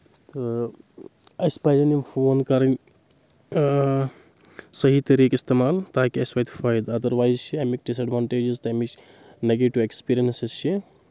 تہٕ اَسہِ پزن یِم فون کَرٕنۍ صحیح طٔریٖقہٕ اِستعمال تاکہِ اَسہِ وَتہِ فٲیدٕ اَدروایز چھِ اَمِکۍ ڈِس ایڈوانٹیجٕز تہٕ اَمِچ نگیٹِو ایٚکٕسپیٖرینسز چھِ